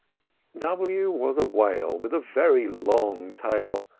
w was a whale with a very long tail,